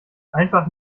einfach